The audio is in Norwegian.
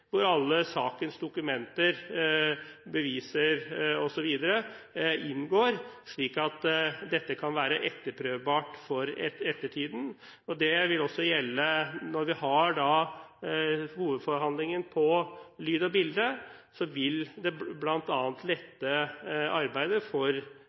hvor alle sakens dokumenter, beviser osv., inngår, slik at dette kan være etterprøvbart for ettertiden. Det vil også gjelde når vi har hovedforhandlingen med lyd og bilde. Det vil bl.a. lette arbeidet for Gjenopptakelseskommisjonen og de eventuelle rettsbehandlinger som en gjenopptakelse vil innebære. Med det